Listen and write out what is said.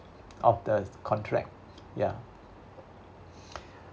of the contract ya